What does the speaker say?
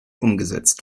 umgesetzt